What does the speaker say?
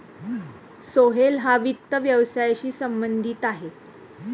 सोहेल हा वित्त व्यवसायाशी संबंधित आहे